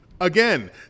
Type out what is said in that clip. Again